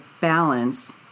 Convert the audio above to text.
balance